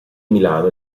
milano